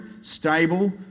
stable